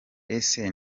ese